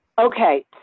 okay